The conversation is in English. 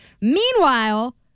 Meanwhile